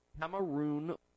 Cameroon